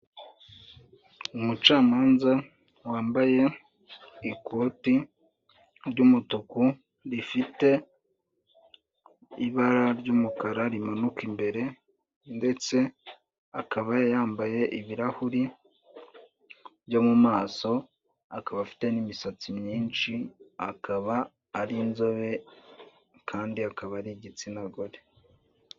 Umucamanza wambaye ikoti ry'umutuku, rifite ibara ry'umukara rimanuka imbere ndetse akaba yambaye ibirahuri byo mu maso, akaba afite n'imisatsi myinshi, akaba ari inzobe kandi akaba ari igitsina gore.